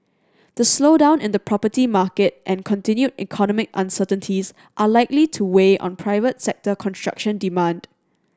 the slowdown in the property market and continued economic uncertainties are likely to weigh on private sector construction demand